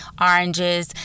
oranges